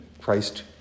Christ